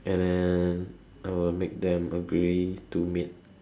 and then I will make them agree to meet